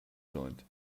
joint